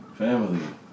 Family